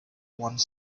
one